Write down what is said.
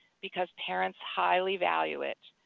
because parents highly value it.